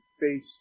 face